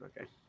okay